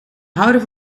houder